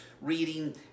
reading